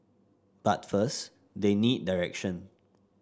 but first they need direction